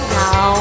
now